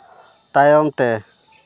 ᱛᱟᱭᱚᱢ ᱛᱮ